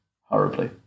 horribly